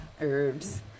herbs